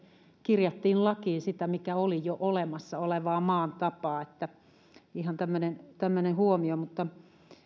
kirjattiin lakiin sitä mikä oli jo olemassa olevaa maan tapaa ihan tämmöinen tämmöinen huomio